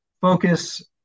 focus